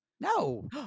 No